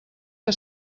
que